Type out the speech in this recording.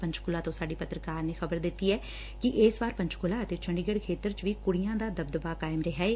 ਪੰਚਕੁਲਾ ਤੋ ਸਾਡੀ ਪੱਤਰਕਾਰ ਨੇ ਦਸਿਆ ਕਿ ਇਸ ਵਾਰ ਪੰਚਕੁਲਾ ਅਤੇ ਚੰਡੀਗੜ ਖੇਤਰ ਚ ਵੀ ਕੁਤੀਆਂ ਦਾ ਦਬਦਬਾ ਕਾਇਮ ਰਿਹਾ ਏ